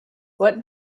what